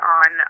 on